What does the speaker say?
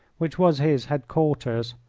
which was his headquarters,